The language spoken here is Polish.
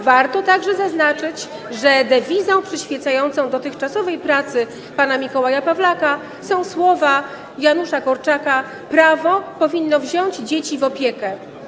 Warto także zaznaczyć, że dewizą przyświecającą dotychczasowej pracy pana Mikołaja Pawlaka są słowa Janusza Korczaka: Prawo powinno wziąć dzieci w opiekę.